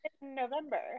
November